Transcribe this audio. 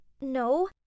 no